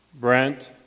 Brent